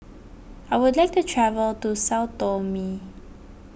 I would like to travel to Sao Tome